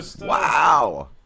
Wow